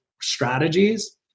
strategies